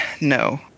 No